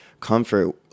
comfort